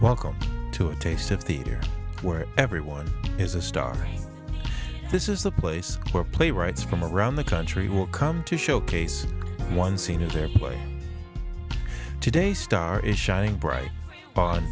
welcome to a taste of the year where everyone is a star this is the place where playwrights from around the country will come to showcase one scene is their way today star is shining bright on